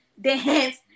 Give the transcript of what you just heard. dance